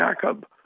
Jacob